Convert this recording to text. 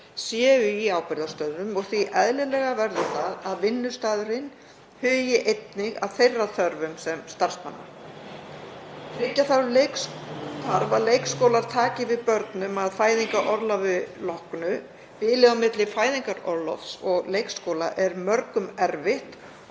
séu í ábyrgðarstöðum og því eðlilegra verður að vinnustaðurinn hugi einnig að þeirra þörfum sem starfsmanna. Tryggja þarf að leikskólar taki við börnum að fæðingarorlofi loknu. Bilið á milli fæðingarorlofs og leikskóla er mörgum erfitt